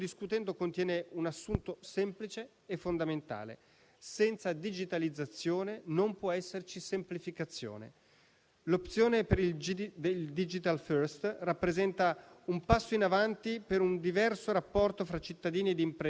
Il decreto si chiude con le norme dedicate all'ambiente: dalla razionalizzazione delle procedure di valutazione ambientale agli interventi per la diffusione e il consolidamento di un sistema energetico sostenibile, alla prevenzione e al contrasto del dissesto idrogeologico.